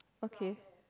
okay